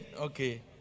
Okay